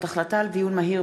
והדימות),